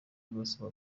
barasabwa